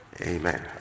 Amen